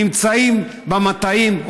נמצאים במטעים,